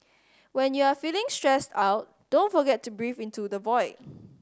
when you are feeling stressed out don't forget to breathe into the void